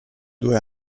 due